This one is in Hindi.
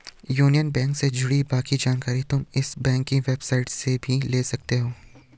यूनियन बैंक से जुड़ी बाकी जानकारी तुम इस बैंक की वेबसाईट से भी ले सकती हो